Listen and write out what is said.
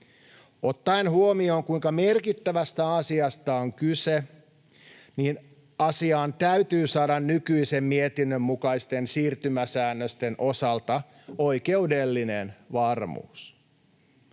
Ottaen huomioon, kuinka merkittävästä asiasta on kyse, asiaan täytyy saada nykyisen mietinnön mukaisten siirtymäsäännösten osalta oikeudellinen varmuus.